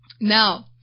Now